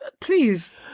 please